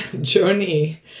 journey